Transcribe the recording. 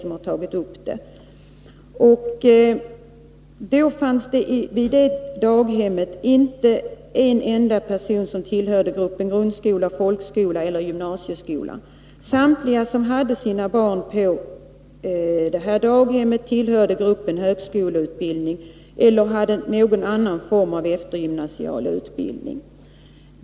Av de föräldrar som vid undersökningstillfället hade sina barn på sådana daghem tillhörde inte en enda när det gäller utbildningen gruppen grundskola, folkskola, gymnasieskola. Samtliga tillhörde gruppen med högskoleutbildning eller någon annan grupp med eftergymnasial utbildning.